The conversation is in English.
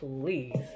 please